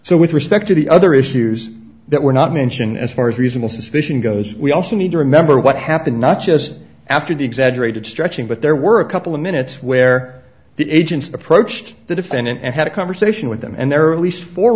so with respect to the other issues that were not mention as far as reasonable suspicion goes we also need to remember what happened not just after the exaggerated stretching but there were a couple of minutes where the agents approached the defendant and had a conversation with them and there are at least fo